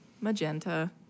magenta